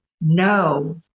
No